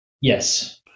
Yes